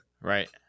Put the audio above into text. Right